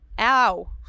ow